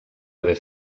haver